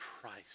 Christ